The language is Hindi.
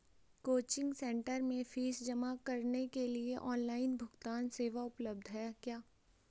कोचिंग सेंटर में फीस जमा करने के लिए ऑनलाइन भुगतान सेवा उपलब्ध है क्या?